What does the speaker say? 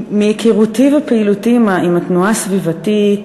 מהיכרותי ופעילותי עם התנועה הסביבתית,